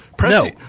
No